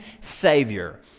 Savior